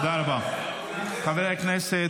חברי הכנסת,